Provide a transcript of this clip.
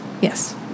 Yes